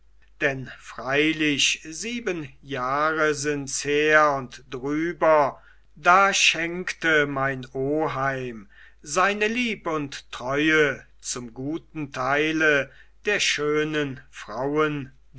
denn freilich sieben jahre sinds her und drüber da schenkte mein oheim seine lieb und treue zum guten teile der schönen frauen